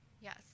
Yes